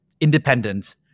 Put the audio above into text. independent